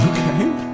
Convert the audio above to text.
Okay